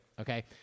Okay